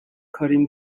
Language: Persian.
کاریم